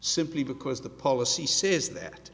simply because the policy says that